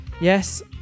Yes